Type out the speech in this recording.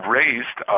raised